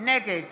נגד